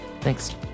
Thanks